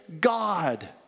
God